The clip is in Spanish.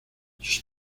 sus